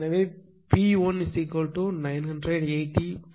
எனவே பி 1 980